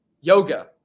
yoga